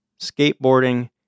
skateboarding